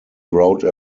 wrote